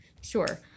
sure